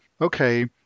okay